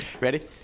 Ready